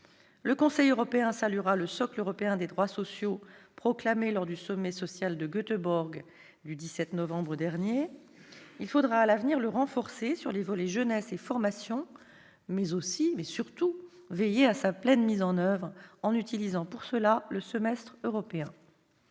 Le Conseil européen saluera le Socle européen des droits sociaux, qui a été proclamé au sommet social de Göteborg du 17 novembre dernier. Il faudra à l'avenir renforcer les volets « jeunesse » ou « formation » de ce socle, mais aussi, et surtout, veiller à sa pleine mise en oeuvre, en utilisant pour cela le semestre européen.